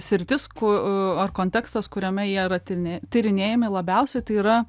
sritis ku a ar kontekstas kuriame jie yra tine tyrinėjami labiausiai tai yra